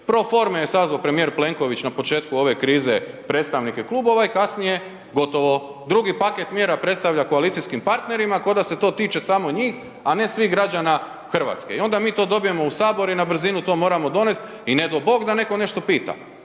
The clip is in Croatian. Pro forme je sazvo premijer Plenković na početku ove krize predstavnike klubova i kasnije gotovo. Drugi paket mjera predstavlja koalicijskim partnerima koda se to tiče samo njih, a ne svih građana RH i onda mi to dobijemo u sabor i na brzinu to moramo donest i ne do Bog da neko nešto pita.